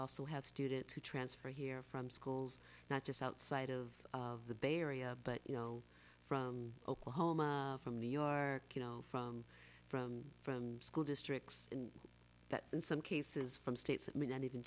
also have students who transfer here from schools not just outside of the bay area but you know from oklahoma from new york you know from from from school districts that in some cases from states that may not even